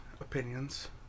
Opinions